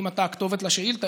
אם אתה הכתובת לשאילתה,